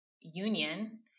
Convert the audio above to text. union